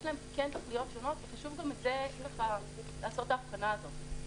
יש להם תכליות שונות וחשוב גם לעשות את ההבחנה הזאת.